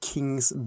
Kings